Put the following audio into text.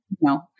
no